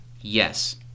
Yes